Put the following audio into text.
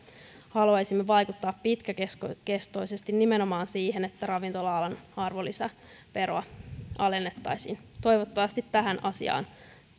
haluaisimme vaikuttaa pitkäkestoisesti nimenomaan siihen että ravintola alan arvonlisäveroa alennettaisiin toivottavasti tähän asiaan